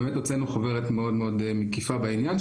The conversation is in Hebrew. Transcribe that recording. באמת הוצאנו חוברת מאוד מאוד מקיפה בעניין,